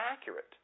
accurate